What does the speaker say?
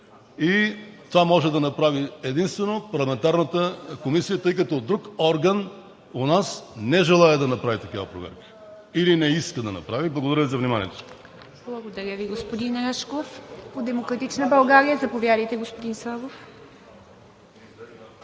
и това може да направи единствено парламентарната комисия, тъй като друг орган у нас не желае да направи такава проверка, или не иска да направи. Благодаря Ви за вниманието.